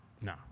No